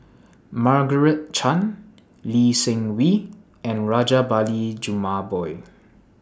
Margaret Chan Lee Seng Wee and Rajabali Jumabhoy